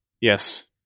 Yes